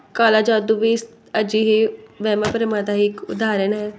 ਕਾਲਾ ਜਾਦੂ ਵੀ ਇਸ ਅਜਿਹੇ ਵਹਿਮਾਂ ਭਰਮਾਂ ਦਾ ਹੀ ਇੱਕ ਉਦਾਹਰਣ ਹੈ